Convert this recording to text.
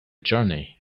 journey